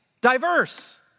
diverse